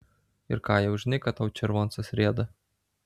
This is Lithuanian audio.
ir ką jau žinai kad tau červoncas rieda